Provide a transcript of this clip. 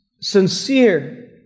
sincere